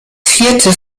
vierte